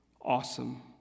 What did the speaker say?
awesome